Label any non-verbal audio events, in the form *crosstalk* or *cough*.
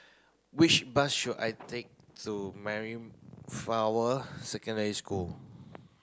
which bus should I take to *unintelligible* flower Secondary School